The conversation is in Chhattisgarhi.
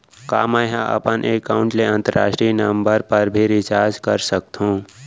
का मै ह अपन एकाउंट ले अंतरराष्ट्रीय नंबर पर भी रिचार्ज कर सकथो